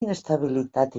inestabilitat